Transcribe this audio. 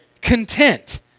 Content